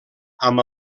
amb